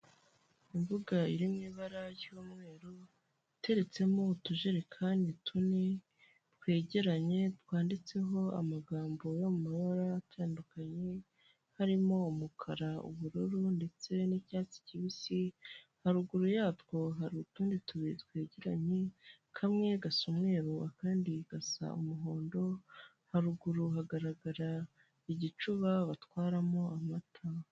Imbuga iri mu ibara ry'umweru iteretsemo utujerekani tune twegeranye twanditseho amagambo yo mu mabara atandukanye harimo umukara, ubururu ndetse n'icyatsi kibisi. Haruguru yatwo hari utundi tubiri twegeranye kamwe gasa umweru akandi gasa umuhondo. Haruguru hagaragara igicuba batwaramo amata.